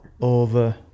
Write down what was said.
over